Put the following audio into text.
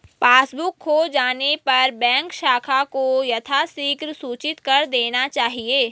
passbook खो जाने पर बैंक शाखा को यथाशीघ्र सूचित कर देना चाहिए